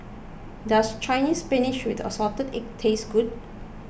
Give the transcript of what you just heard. does Chinese Spinach with Assorted Egg taste good